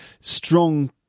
strong